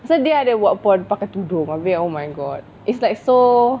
so dia ada buat porn pakai tudung abeh oh my god it's like so